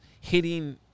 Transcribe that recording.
hitting